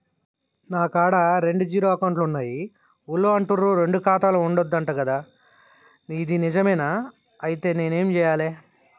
నా కాడా రెండు జీరో అకౌంట్లున్నాయి ఊళ్ళో అంటుర్రు రెండు ఖాతాలు ఉండద్దు అంట గదా ఇది నిజమేనా? ఐతే నేనేం చేయాలే?